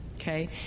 Okay